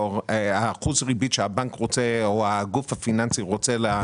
את האחוז ריבית שהבנק רוצה או הגוף הפיננסי רוצה.